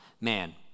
man